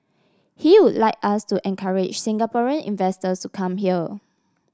he would like us to encourage Singaporean investors to come here